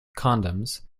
condoms